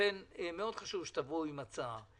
לכן מאוד חשוב שתבואו עם הצעה.